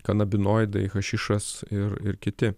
kanabinoidai hašišas ir ir kiti